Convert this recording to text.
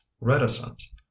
reticence